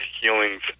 healings